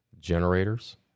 generators